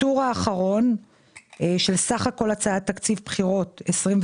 בטור האחרון של סך כל הצעת תקציב בחירות 25,